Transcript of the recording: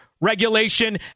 regulation